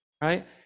Right